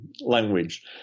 language